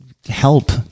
Help